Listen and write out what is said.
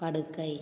படுக்கை